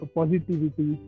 positivity